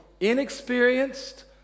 Inexperienced